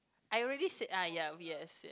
I already said uh ya weird